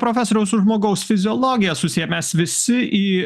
profesoria su žmogaus fiziologija susiję mes visi į